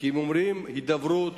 כי אם אומרים בהידברות,